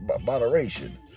moderation